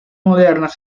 modernas